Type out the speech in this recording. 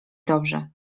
dobrze